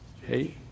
Hey